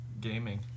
gaming